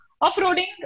off-roading